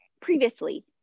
previously